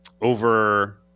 over